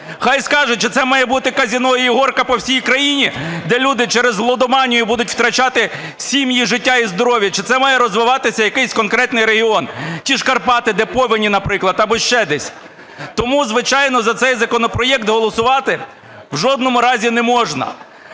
нехай скаже, чи це має бути казино і "ігорка" по всій країні, де люди через лудоманію будуть втрачати сім'ї, життя і здоров'я, чи це має розвиватися якийсь конкретний регіон. Ті ж Карпати, де повені, наприклад, або ще десь. Тому, звичайно, за цей законопроект голосувати в жодному разі не можна.